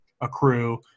accrue